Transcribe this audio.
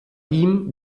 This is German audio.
ihm